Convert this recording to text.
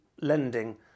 lending